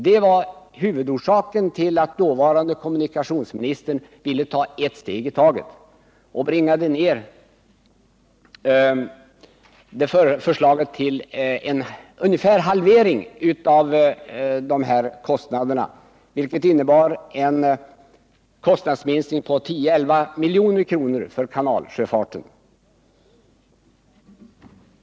Det var huvudorsaken till att dåvarande kommunikationsministern ville ta ett steg i taget. Han bringade ned förslaget till ungefär en halvering av kostnaderna, vilket innebar en kostnadsminskning på 10-11 milj.kr. för kanalsjöfarten.